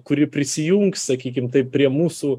kuri prisijungs sakykim taip prie mūsų